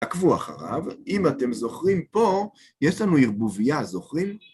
עקבו אחריו, אם אתם זוכרים פה, יש לנו ערבובייה, זוכרים?